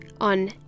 on